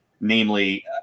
namely